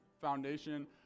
foundation